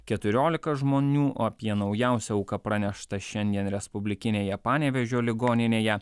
keturiolika žmonių o apie naujausią auką pranešta šiandien respublikinėje panevėžio ligoninėje